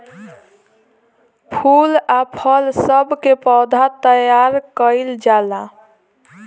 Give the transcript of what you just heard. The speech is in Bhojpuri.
फूल आ फल सब के पौधा तैयार कइल जाला